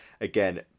again